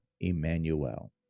Emmanuel